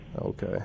Okay